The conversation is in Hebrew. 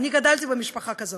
אני גדלתי במשפחה כזאת.